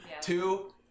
Two